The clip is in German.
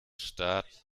starten